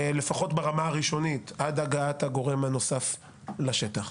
לפחות ברמה הראשונית, עד הגעת הגורם הנוסף לשטח.